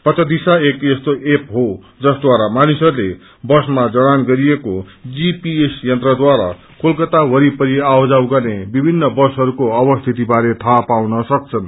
पथदिशा एक यस्तो एप हो जसद्वारा मानिसहरूले बसमा जडक्षन गरिएको जीपीएस यन्त्रद्वारा कोलकत्ता वरिपरि आउजाउ गर्ने विभिन्न बसहरूको स्थितबारे थाहा पाउन सक्छन्